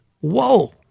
whoa